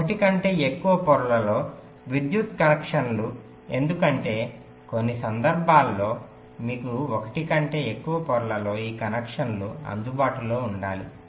ఒకటి కంటే ఎక్కువ పొరలలో విద్యుత్ కనెక్షన్లు ఎందుకంటే కొన్ని సందర్భాల్లో మీకు ఒకటి కంటే ఎక్కువ పొరలలో ఈ కనెక్షన్లు అందుబాటులో ఉండాలి